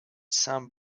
some